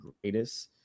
greatest